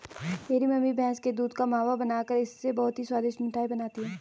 मेरी मम्मी भैंस के दूध का मावा बनाकर इससे बहुत ही स्वादिष्ट मिठाई बनाती हैं